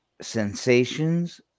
sensations